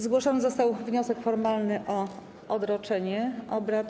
Zgłoszony został wniosek formalny o odroczenie obrad.